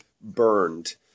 burned